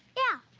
yeah.